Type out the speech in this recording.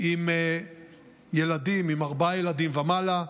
עם ארבעה ילדים ומעלה,